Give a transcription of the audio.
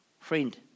Friend